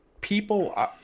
People